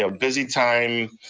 ah busy time.